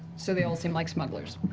so they all seem like smugglers?